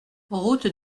route